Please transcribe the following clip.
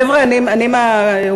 תגידו, מה, חבר'ה, אני מהאופוזיציה,